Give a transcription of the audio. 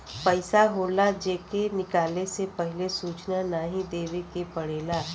पइसा होला जे के निकाले से पहिले सूचना नाही देवे के पड़ेला